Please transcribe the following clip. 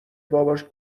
باباش